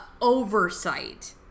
oversight